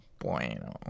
Bueno